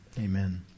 Amen